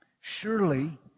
Surely